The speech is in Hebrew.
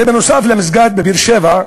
זה נוסף על מסגד בבאר-שבע,